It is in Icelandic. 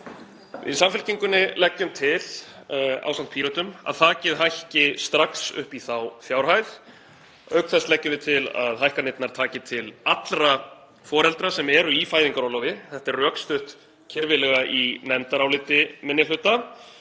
Við í Samfylkingunni leggjum til, ásamt Pírötum, að þakið hækki strax upp í þá fjárhæð. Auk þess leggjum við til að hækkanirnar taki til allra foreldra sem eru í fæðingarorlofi. Þetta er rökstutt kirfilega í nefndaráliti minni hluta.